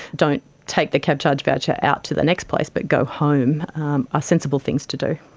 don't take the cab charge voucher out to the next place but go home are sensible things to do.